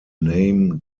name